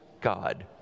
god